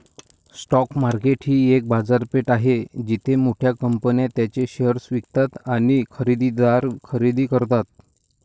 stock market ही एक बाजारपेठ आहे जिथे मोठ्या कंपन्या त्यांचे शेअर्स विकतात आणि खरेदीदार खरेदी करतात